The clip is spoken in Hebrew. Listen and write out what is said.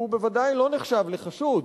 הוא בוודאי לא נחשב לחשוד,